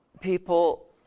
people